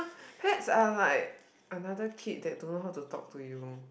pets are like another kid that don't know how to talk to you